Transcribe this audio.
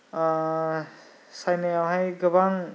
चाइनायावहाय गोबां